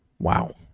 Wow